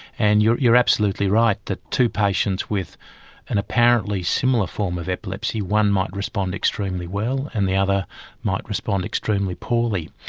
and you're you're absolutely right that two patients with an apparently similar form of epilepsy one might respond extremely well and the other might respond extremely poorly.